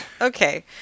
Okay